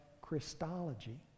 Christology